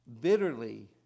bitterly